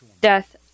death